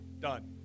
done